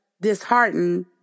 disheartened